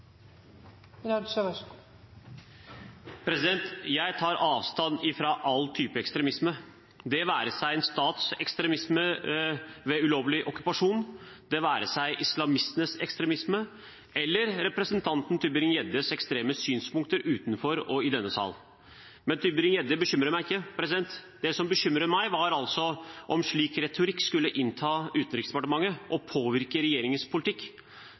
Jeg tar avstand fra all type ekstremisme, det være seg en stats ekstremisme ved ulovlig okkupasjon, det være seg islamistenes ekstremisme eller representanten Tybring-Gjeddes ekstreme synspunkter utenfor og i denne salen. Men Tybring-Gjedde bekymrer meg ikke, det som bekymrer meg, er om slik retorikk skulle innta Utenriksdepartementet og påvirke regjeringens politikk.